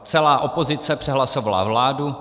Celá opozice přehlasovala vládu.